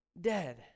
dead